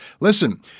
Listen